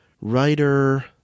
writer